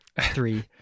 three